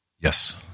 Yes